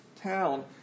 town